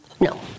no